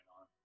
on